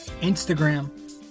Instagram